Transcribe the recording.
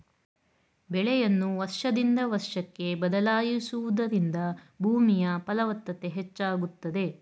ಬೆಳೆಯನ್ನು ವರ್ಷದಿಂದ ವರ್ಷಕ್ಕೆ ಬದಲಾಯಿಸುವುದರಿಂದ ಭೂಮಿಯ ಫಲವತ್ತತೆ ಹೆಚ್ಚಾಗುತ್ತದೆ